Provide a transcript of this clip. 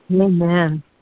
Amen